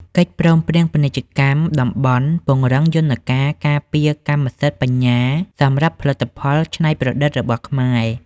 កិច្ចព្រមព្រៀងពាណិជ្ជកម្មតំបន់ពង្រឹងយន្តការការពារកម្មសិទ្ធិបញ្ញាសម្រាប់ផលិតផលច្នៃប្រឌិតរបស់ខ្មែរ។